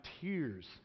tears